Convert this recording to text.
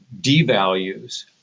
devalues